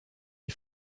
les